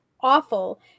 awful